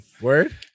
Word